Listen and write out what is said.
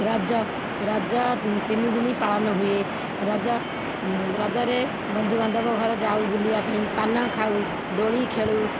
ରଜ ରଜ ତିନି ଦିନି ପାଳନ ହୁଏ ରଜ ରଜରେ ବନ୍ଧୁବାନ୍ଧବ ଘର ଯାଉ ବୁଲିବା ପାଇଁ ପାନ ଖାଉ ଦୋଳି ଖେଳୁ